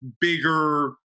bigger